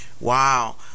Wow